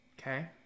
Okay